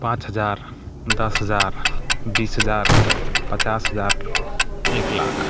पाँच हजार दस हजार बीस हजार पचास हजार एक लाख